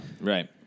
right